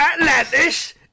Atlantis